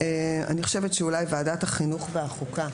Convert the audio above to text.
אני חושבת שאולי ועדת החינוך והחוקה.